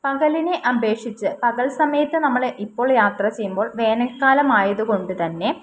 പകലിനെ അപേക്ഷിച്ച് പകൽ സമയത്ത് നമ്മൾ ഇപ്പോൾ യാത്ര ചെയ്യുമ്പോൾ വേനൽക്കാലമായതുകൊണ്ട് തന്നെ